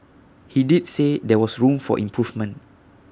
he did say there was room for improvement